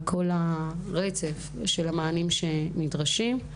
על כול רצף המענים שנדרשים.